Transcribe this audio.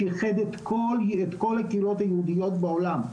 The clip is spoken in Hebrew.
שאיחד את כל הקהילות היהודיות בעולם,